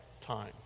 time